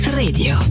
radio